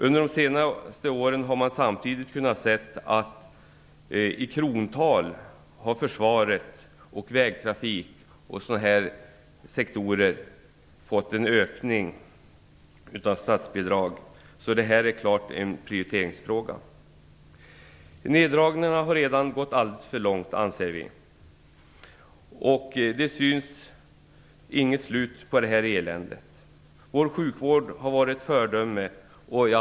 Under de senaste åren har man samtidigt kunna se att försvaret, vägtrafiken och liknande sektorer i krontal fått en ökning i statsbidrag. Så detta är helt klart en prioriteringsfråga. Neddragningarna har redan gått alldeles för långt, och det syns inget slut på detta elände. Vår sjukvård har varit ett föredöme.